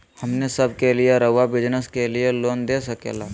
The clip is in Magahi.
हमने सब के लिए रहुआ बिजनेस के लिए लोन दे सके ला?